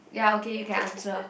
ya okay you can answer